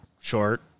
short